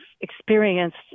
experienced